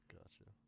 Gotcha